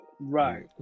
right